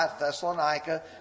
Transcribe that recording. Thessalonica